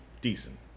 decent